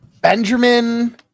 Benjamin